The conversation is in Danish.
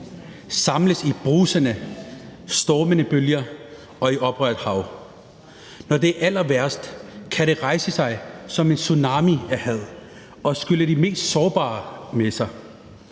samles i brusende, stormende bølger og i oprørt hav. Når det er allerværst, kan det rejse sig som en tsunami af had og skylle de mest sårbare med sig,